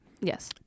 Yes